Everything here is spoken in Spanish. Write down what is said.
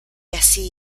así